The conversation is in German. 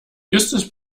justus